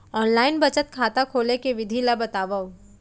Online बचत खाता खोले के विधि ला बतावव?